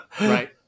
right